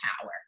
power